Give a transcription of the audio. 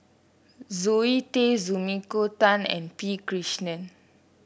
Zoe Tay Sumiko Tan and P Krishnan